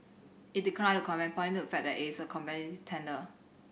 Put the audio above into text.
it declined to comment pointing to the fact that it is a competitive tender